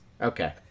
okay